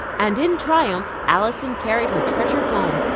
and in triumph alison carried her treasure home,